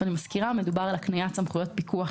אני מזכירה שמדובר על הקניית סמכויות פיקוח